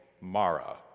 Mara